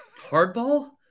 Hardball